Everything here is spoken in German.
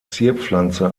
zierpflanze